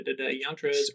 Yantras